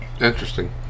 Interesting